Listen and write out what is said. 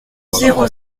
zéro